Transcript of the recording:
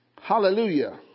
Hallelujah